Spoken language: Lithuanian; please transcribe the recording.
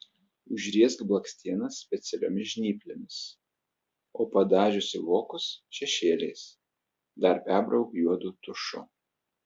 užriesk blakstienas specialiomis žnyplėmis o padažiusi vokus šešėliais dar perbrauk juodu tušu